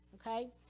Okay